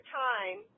time